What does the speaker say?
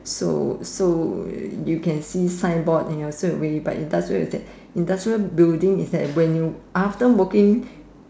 so so you can see sign board and you straight away but industrial building is at when you after working